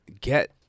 get